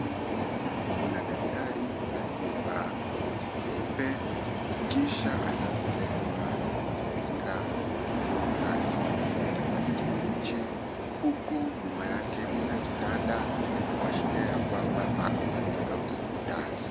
Mna daktari aliyevaa koti jeupe kisha anataka kuchukua mpira ulio rangi ya kijani kibichi huku nyuma yake mna kitanda kuashiria ya kwamba ako katika hospitali.